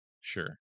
sure